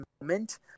moment